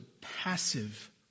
passive